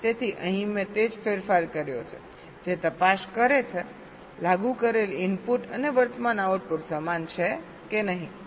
તેથી અહીં મેં તે જ ફેરફાર કર્યો છે જે તપાસ કરે છે કે લાગુ કરેલ ઇનપુટ અને વર્તમાન આઉટપુટ સમાન છે કે નહીં